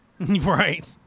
Right